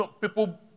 people